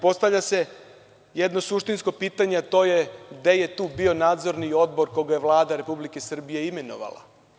Postavlja se jedno suštinsko pitanje, a to je gde je tu bio nadzorni odbor koja je Vlada RS imenovala?